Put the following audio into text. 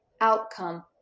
outcome